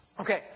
Okay